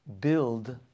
build